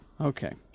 Okay